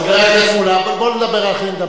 חבר הכנסת מולה, בוא לא נדבר על אחרים.